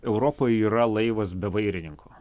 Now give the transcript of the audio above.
europoje yra laivas be vairininko